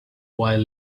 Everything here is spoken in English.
white